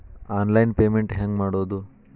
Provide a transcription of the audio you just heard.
Online payment ಹೆಂಗ್ ಮಾಡೋದು?